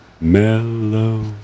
mellow